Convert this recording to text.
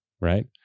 right